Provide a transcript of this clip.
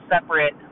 separate